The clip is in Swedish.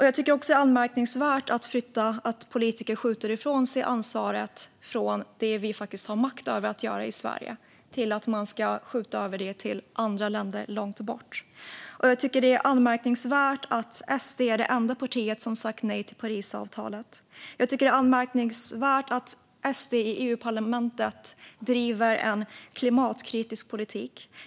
Jag tycker att det är anmärkningsvärt att politiker skjuter ifrån sig ansvaret för det vi har makt att göra i Sverige till andra länder långt bort. Jag tycker att det är anmärkningsvärt att SD är det enda parti som sagt nej till Parisavtalet. Jag tycker att det är anmärkningsvärt att SD i Europaparlamentet driver en klimatkritisk politik.